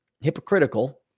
hypocritical